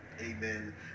amen